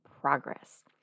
Progress